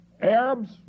Arabs